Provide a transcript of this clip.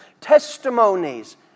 Testimonies